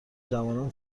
جوانان